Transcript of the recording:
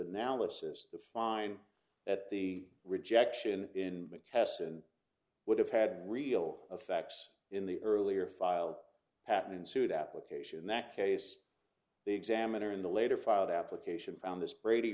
analysis to find that the rejection in caisson would have had real effects in the earlier file have ensued application in that case the examiner in the later filed application found this brady